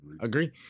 agree